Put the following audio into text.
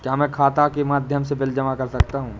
क्या मैं खाता के माध्यम से बिल जमा कर सकता हूँ?